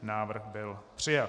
Návrh byl přijat.